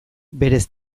berez